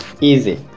easy